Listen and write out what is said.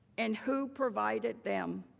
and who provided them.